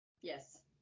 Yes